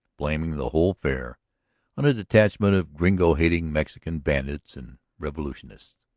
blaming the whole affair on a detachment of gringo-hating mexican bandits and revolutionists.